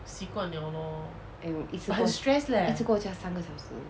and 我一次过一次过驾三个小时